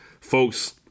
folks